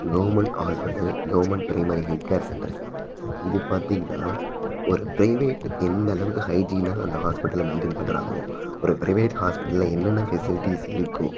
government hospital government primary health care centres இது பாத்தீங்கன்னா ஒரு ப்ரைவேட் எந்த அளவுக்கு ஹைஜீனாக அந்த ஹாஸ்பிட்டலில் மெயின்டைன் பண்ணுறாங்களோ ஒரு ப்ரைவேட் ஹாஸ்பிட்டலில் என்னென்ன ஃபெசிலிட்டீஸ் இருக்கோ